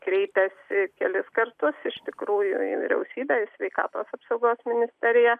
kreipęsi kelis kartus iš tikrųjų į vyriausybę į sveikatos apsaugos ministeriją